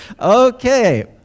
Okay